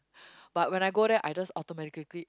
but when I go there I just automatically